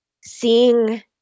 seeing